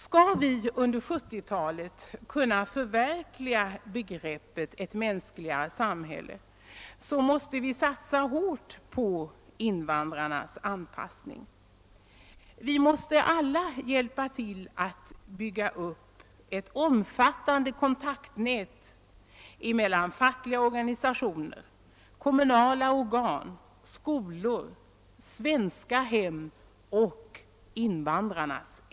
Skall vi under 1970-talet förverkliga begreppet »ett mänskligare samhälle» måste vi satsa hårt på invandrarnas anpassning. Vi måste alla hjälpa till att bygga upp ett kontaktnät mellan fackliga organisationer, kommunala organ, skolor, svenska hem och invandrarna.